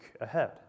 ahead